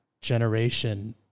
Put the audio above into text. generation